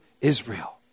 Israel